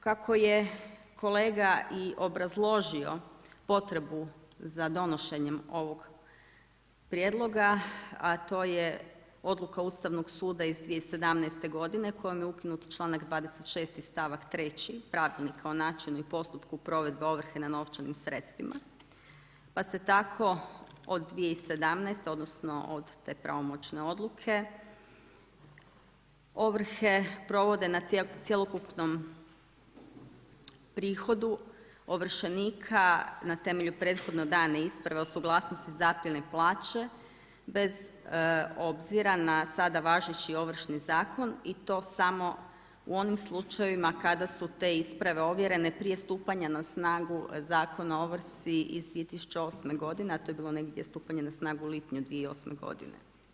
Kako je kolega i obrazložio potrebu za donošenjem ovog prijedloga, a to je odluka Ustavnog suda iz 2017. godine kojom je ukinut članak 26. stavak 3. pravilnika o načinu i postupku provedbe ovrhe na novčanim sredstvima, pa se tako od 2017. odnosno od te pravomoćne odluke ovrhe provode na cjelokupnom prihodu ovršenika na temelju prethodno dane isprave o suglasnosti zapljene plaće bez obzira na sada važeći Ovršni zakon i to samo u onim slučajevima kada su te isprave ovjerene prije stupanja na snagu Zakona o ovrsi iz 2008. godine, a to je bilo negdje stupanje na snagu u lipnju 2008. godine.